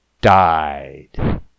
died